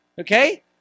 okay